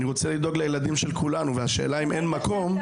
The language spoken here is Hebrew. אני רוצה לדאוג לילדים של כולנו והשאלה היא אם אין מקום